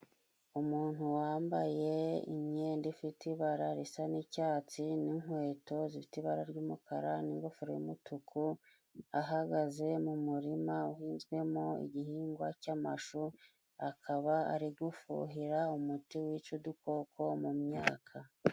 Umuntu wambaye imyenda ifite ibara risa n'icyatsi, n'inkweto zifite ibara ry'umukara, n'ingofero yumutuku, ahagaze mu murima uhinzwemo igihingwa cy'amashu, akaba ari gufuhira umuti wica udukoko mu myaka.